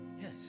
Yes